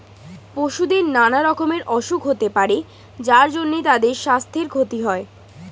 পশুদের নানা রকমের অসুখ হতে পারে যার জন্যে তাদের সাস্থের ক্ষতি হয়